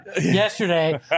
yesterday